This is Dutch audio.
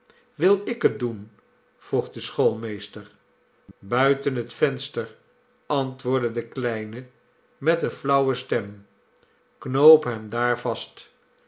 wil ik het doen vroeg de schoolmeester buiten het venster antwoordde de kleine met eene llauwe stem knoop hem daar vast